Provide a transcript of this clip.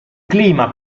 clima